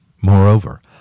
Moreover